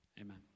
Amen